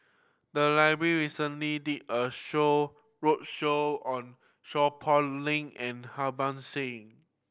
the library recently did a show roadshow on Seow Poh Leng and Harban Singh